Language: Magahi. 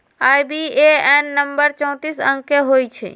आई.बी.ए.एन नंबर चौतीस अंक के होइ छइ